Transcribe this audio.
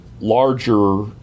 larger